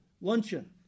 luncheon